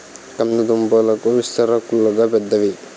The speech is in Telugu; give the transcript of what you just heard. కంద దుంపాకులు విస్తరాకుల్లాగా పెద్దవి